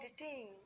Editing